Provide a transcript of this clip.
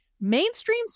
mainstream